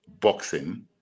Boxing